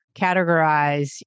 categorize